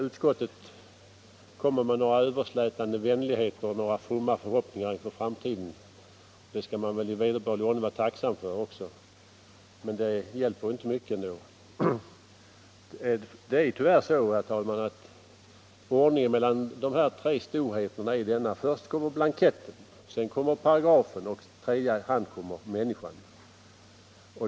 Utskottet kommer med några överslätande vänligheter och fromma förhoppningar inför framtiden. Det skall man väl i vederbörlig ordning vara tacksam för, men det hjälper inte mycket. Det är tyvärr så att ordningen mellan de tre storheterna är denna: Först kommer blanketten, sedan paragrafen och i tredje hand människan.